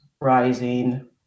rising